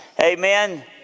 Amen